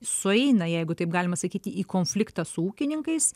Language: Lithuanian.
sueina jeigu taip galima sakyti į konfliktą su ūkininkais